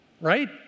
right